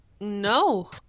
no